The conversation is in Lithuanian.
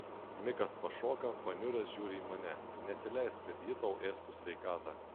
mikas pašoka paniuręs žiūri į mane nesileisk kad ji tau ėstų sveikatą